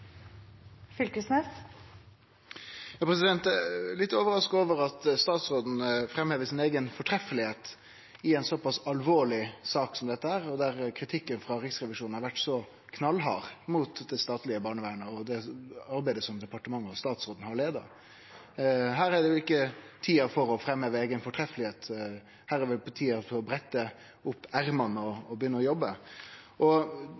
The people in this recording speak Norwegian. til gode. Eg er litt overraska over at statsråden framhevar kor fortreffeleg ho er, i ei sak som er såpass alvorleg som dette, og der kritikken frå Riksrevisjonen har vore så knallhard mot det statlege barnevernet og det arbeidet som departementet og statsråden har leia. Dette er ikkje tida for å framheve kor fortreffelege vi er, dette er tida for å brette opp ermene og